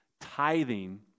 tithing